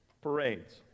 parades